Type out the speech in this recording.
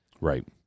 Right